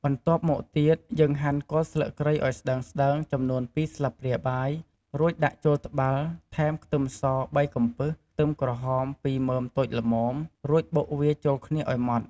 បន្ទាប់មកទៀត យើងហាន់គល់ស្លឹកគ្រៃឱ្យស្ដើងៗ ចំនួន២ស្លាបព្រាបាយ រួចដាក់ចូលត្បាល់ ថែមខ្ទឹមស ៣កំពឹស ខ្ទឹមក្រហម ២មើមតូចល្មម រួចបុកវាចូលគ្នាឱ្យម៉ដ្ដ។